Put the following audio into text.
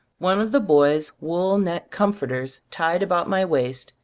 one of the boy's wool neck comforters tied about my waist,